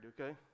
okay